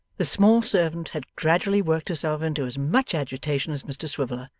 the small servant had gradually worked herself into as much agitation as mr swiveller,